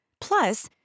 Plus